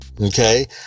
Okay